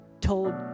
told